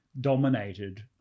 dominated